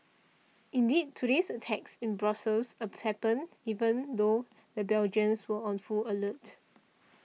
indeed today's attacks in Brussels happened even though the Belgians were on full alert